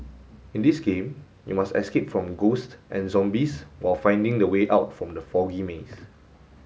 in this game you must escape from ghosts and zombies while finding the way out from the foggy maze